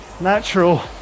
natural